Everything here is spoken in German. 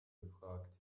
gefragt